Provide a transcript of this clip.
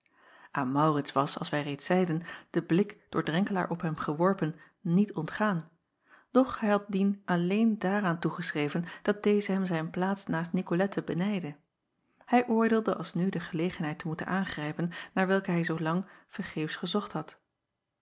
an aurits was als wij reeds zeiden de blik door renkelaer op hem geworpen niet ontgaan doch hij had dien alleen daaraan toegeschreven dat deze hem zijn plaats naast icolette benijdde ij oordeelde alsnu de gelegenheid te moeten aangrijpen naar welke hij zoo lang vergeefs gezocht had